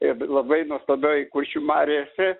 ir labai nuostabioj kuršių mariose